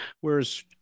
whereas